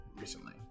recently